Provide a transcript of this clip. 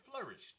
flourished